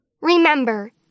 Remember